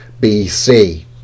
BC